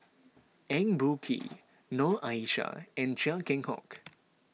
Eng Boh Kee Noor Aishah and Chia Keng Hock